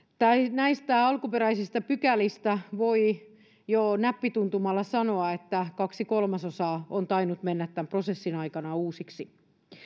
näistä alkuperäisistä pykälistä voi jo näppituntumalla sanoa että kaksi kolmasosaa on tainnut mennä tämän prosessin aikana uusiksi